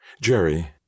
Jerry